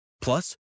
Plus